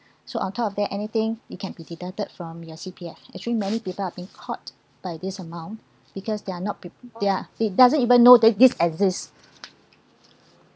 so on top of that anything it can be deducted from your C_P_F actually many people are being caught by this amount because they are not pre~ they are they doesn't even know that this exists